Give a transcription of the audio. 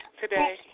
Today